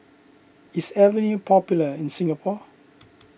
is Avene popular in Singapore